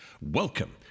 Welcome